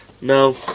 No